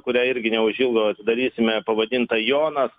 kurią irgi neužilgo atidarysime pavadinta jonas